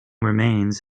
remains